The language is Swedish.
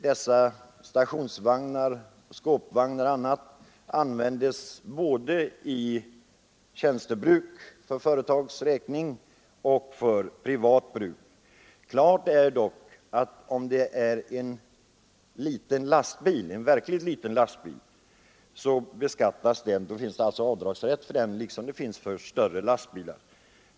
Dessa stationsvagnar, skåpvagnar och annat används både för tjänstebruk för företags räkning och för privat bruk. Klart är dock att om det verkligen är en liten lastbil, så beskattas den, och då föreligger avdragsrätt liksom för större lastbilar.